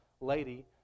lady